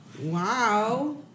Wow